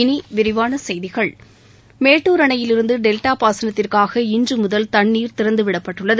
இனி விரிவான செய்திகள் மேட்டுர் அணையிலிருந்து டெல்டா பாசனத்திற்காக இன்று முதல் தண்ணீர் திறந்து விடப்பட்டுள்ளது